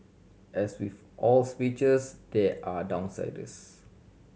as with all speeches there are downsides